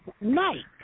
night